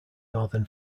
northern